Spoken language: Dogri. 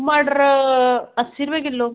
मटर अस्सीं रपे किलो